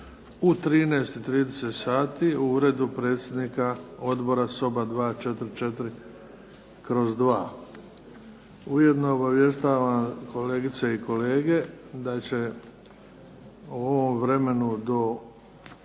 u 13,30 sati u Uredu predsjednika odbora, soba 244/II. Ujedno obavještavam kolegice i kolege, da će u ovom vremenu do kraja,